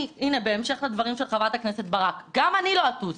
הנה בהמשך לדברים של חברת הכנסת ברק גם אני לא אטוס.